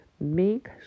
Make